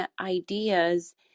ideas